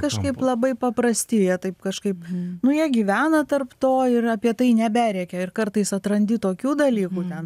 kažkaip labai paprasti jie taip kažkaip nu jie gyvena tarp to ir apie tai neberėkia ir kartais atrandi tokių dalykų ten